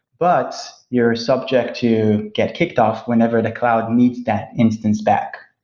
but you're subject to get kicked off whenever the cloud needs that instance back.